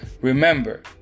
Remember